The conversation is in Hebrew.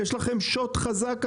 יש לכם שוט חזק עליהם.